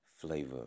flavor